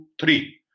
three